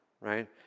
right